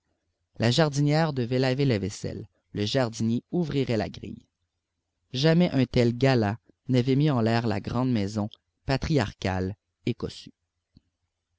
la jardinière devait laver la vaisselle le jardinier ouvrirait la grille jamais un tel gala n'avait mis en l'air la grande maison patriarcale et cossue